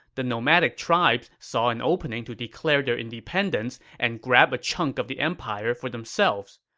the nomadic tribes saw an opening to declare their independence and grab a chunk of the empire for themselves.